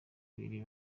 ibiri